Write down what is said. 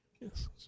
Yes